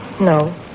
No